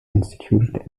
instituted